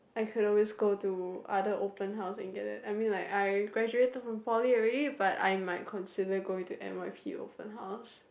I can always go to other open house and get them I mean like I graduated from poly already but I might consider going to N_Y_P open house